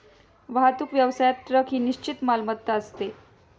वाहतूक व्यवसायात ट्रक ही निश्चित मालमत्ता असते